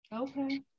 okay